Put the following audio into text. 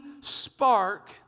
spark